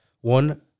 One